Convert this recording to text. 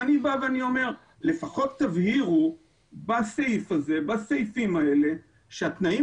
אני אומר שלפחות תבהירו בסעיפים האלה שהתנאים